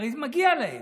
הרי זה מגיע להם,